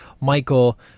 Michael